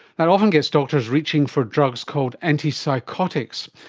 that often gets doctors reaching for drugs called antipsychotics,